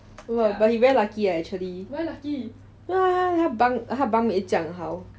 !wah! but he very lucky leh actually 因为他的 bunk mate 这样好